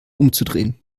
umzudrehen